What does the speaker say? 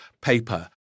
paper